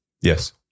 Yes